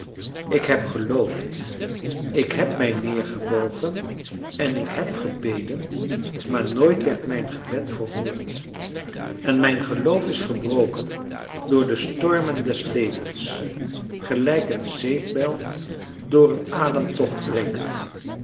ik heb geloofd ik heb mij neergebogen en ik heb gebeden maar nooit werd mijn gebed verhoord en mijn geloof is gebroken door de stormen des levens gelijk marcellus emants een drietal novellen een zeepbel door een ademtocht breekt